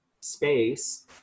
space